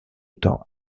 temps